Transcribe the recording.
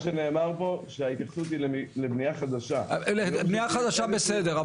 מה שנאמר פה זה שההתייחסות היא לבנייה חדשה --- לבנייה חדשה בסדר,